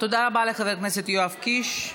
תודה רבה לחבר הכנסת יואב קיש.